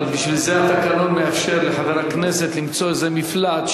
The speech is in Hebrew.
אבל בשביל זה התקנון מאפשר לחבר הכנסת למצוא איזה מפלט,